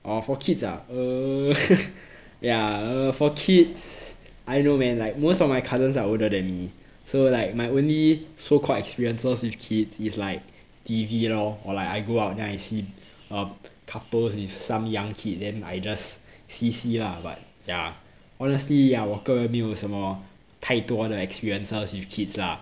orh for kids err heh yeah uh for kids I don't know man like most of my cousins are older than me so like my only so called experiences with kids is like T_V lor or like I go out then I see uh couples with some young kid then I just see see lah but ya honestly ya 我个人没有什么太多的 experiences with kids lah